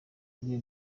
rwe